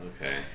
Okay